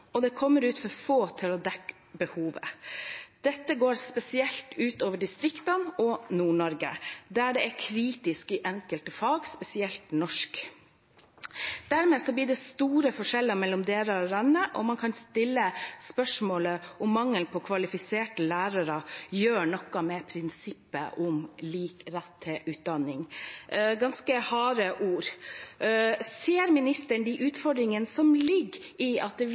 grunnskolen. Det kommer ut for få til å dekke behovet, og dette går særlig utover distriktene, spesielt i Nord-Norge der det er kritisk i enkelte fag, særlig norsk. Dermed blir det store forskjeller mellom deler av landet, og man kan stille spørsmål ved om mangelen på kvalifiserte lærere gjør noe med prinsippet om lik rett på utdanning.» Det er ganske harde ord. Ser ministeren de utfordringene som ligger i at